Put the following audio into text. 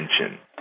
attention